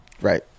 Right